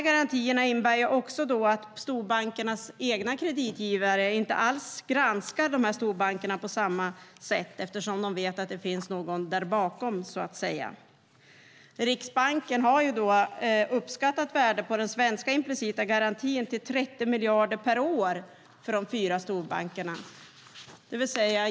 Garantierna innebär också att storbankernas egna kreditgivare inte alls granskar de här storbankerna på samma sätt, eftersom de vet att det finns någon där bakom, så att säga. Riksbanken har uppskattat värdet på den svenska implicita garantin till 30 miljarder per år för de fyra storbankerna.